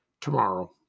tomorrow